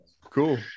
Cool